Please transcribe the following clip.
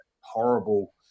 horrible